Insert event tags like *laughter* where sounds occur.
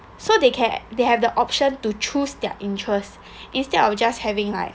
so they can they have the option to choose their interests *breath* instead of just having like